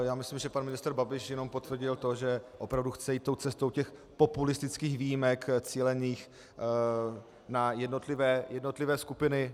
Já myslím, že pan ministr Babiš jenom potvrdil to, že opravdu chce jít cestou těch populistických výjimek cílených na jednotlivé skupiny.